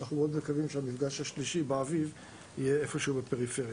אנחנו מאוד מקווים שהמפגש השלישי באביב יהיה בפריפריה.